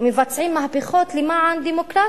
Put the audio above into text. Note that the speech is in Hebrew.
ומבצעים מהפכות למען דמוקרטיות,